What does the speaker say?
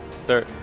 sir